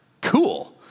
cool